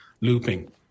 looping